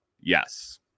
yes